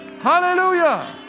Hallelujah